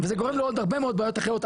וזה גורם לו עוד הרבה מאוד בעיות אחרות,